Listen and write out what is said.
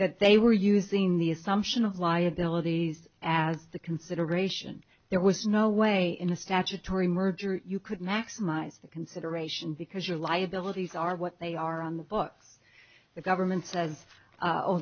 that they were using the assumption of liabilities as the consideration there was no way in a statutory merger you could maximize the consideration because your liabilities are what they are on the books the government says